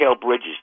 Bridges